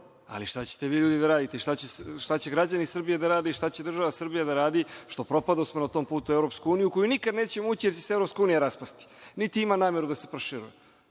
ali šta ćete vi ljudi da radite? Šta će građani Srbije da rade išta će država Srbija da radi što propadosmo na tom putu u EU, u koju nikada nećemo ući jer će se EU raspasti, niti ima nameru da se proširuje?